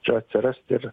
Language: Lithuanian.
čia atsirast ir